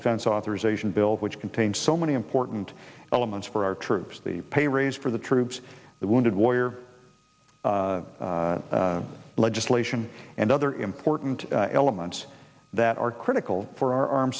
defense authorization bill which contains so many important elements for our troops the pay raise for the troops the wounded warrior legislation and other important elements that are critical for our armed